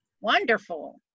Wonderful